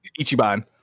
Ichiban